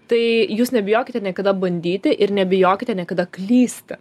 tai jūs nebijokite niekada bandyti ir nebijokite niekada klysti